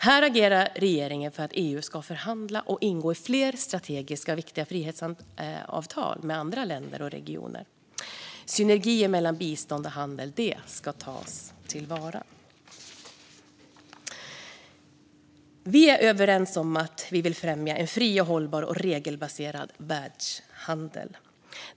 Här agerar regeringen för att EU ska förhandla och ingå fler strategiskt viktiga frihandelsavtal med andra länder och regioner. Synergier mellan bistånd och handel ska tas till vara. Vi är överens om att vi vill främja en fri, hållbar och regelbaserad världshandel.